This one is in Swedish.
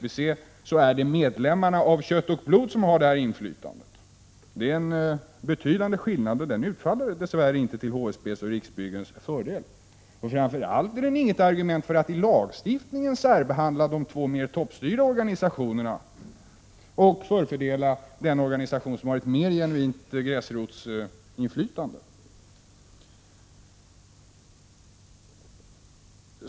I SBC är det medlemmarna av kött och blod som har det inflytandet. Det är en betydande skillnad — och dess värre inte till HSB:s och Riksbyggens fördel. Framför allt är den inget argument för att i lagstiftningen särbehandla de två mer toppstyrda organisationerna och förfördela den organisation som har ett mer genuint gräsrotsinflytande.